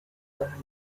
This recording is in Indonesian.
tahan